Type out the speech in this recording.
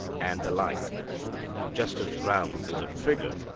and the like just as round is a figure,